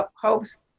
hopes